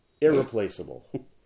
Irreplaceable